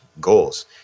goals